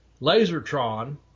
Lasertron